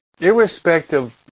irrespective